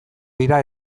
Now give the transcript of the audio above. dira